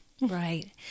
Right